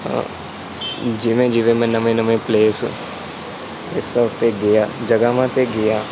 ਜਿਵੇਂ ਜਿਵੇਂ ਮੈਂ ਨਵੇਂ ਨਵੇਂ ਪਲੇਸ ਇਹ ਸਭ 'ਤੇ ਗਿਆ ਜਗ੍ਹਾਵਾਂ 'ਤੇ ਗਿਆ